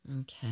okay